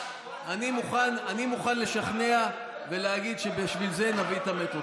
אני מוכן לשכנע ולהגיד שבשביל זה נביא את המטרו.